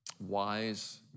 wise